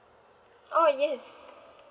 oh yes